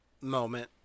moment